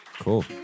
Cool